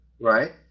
right